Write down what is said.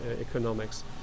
economics